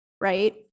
Right